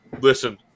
listen-